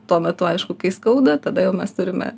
tuo metu aišku kai skauda tada jau mes turime